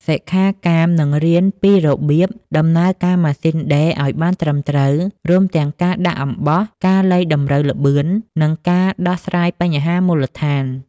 សិក្ខាកាមនឹងរៀនពីរបៀបដំណើរការម៉ាស៊ីនដេរឱ្យបានត្រឹមត្រូវ រួមទាំងការដាក់អំបោះ ការលៃតម្រូវល្បឿន និងការដោះស្រាយបញ្ហាមូលដ្ឋាន។